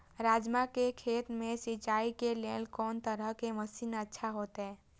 राजमा के खेत के सिंचाई के लेल कोन तरह के मशीन अच्छा होते?